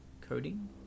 coding